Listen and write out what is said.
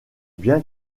bien